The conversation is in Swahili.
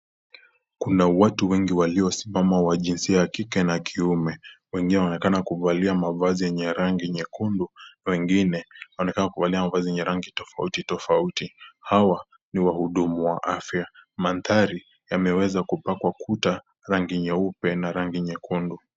Kuna watu wengi waliosimama wa jinsia ya kike na kiume, wengine wanaonekana kuvalia mavazi yenye rangi nyekundu, wengine wanaonekana kuvalia mavazi yenye rangi tofauti tofauti, hawa, ni wahudumu wa afya, manthari, yameweza kupakwa kuta, rangi nyeupe na rangi nyekundu.